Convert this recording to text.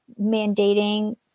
mandating